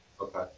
Okay